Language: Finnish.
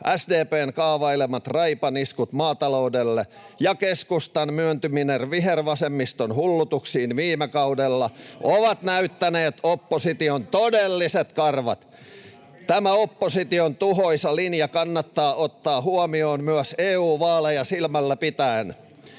SDP:n kaavailemat raipaniskut maataloudelle ja keskustan myöntyminen vihervasemmiston hullutuksiin viime kaudella ovat näyttäneet opposition todelliset karvat. Tämä opposition tuhoisa linja kannattaa ottaa huomioon myös EU-vaaleja silmällä pitäen.